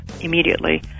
immediately